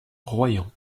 royan